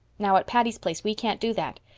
now, at patty's place we can't do that.